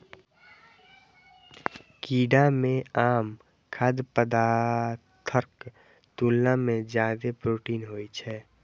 कीड़ा मे आम खाद्य पदार्थक तुलना मे जादे प्रोटीन होइ छै